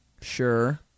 Sure